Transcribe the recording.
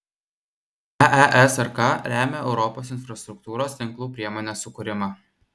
eesrk remia europos infrastruktūros tinklų priemonės sukūrimą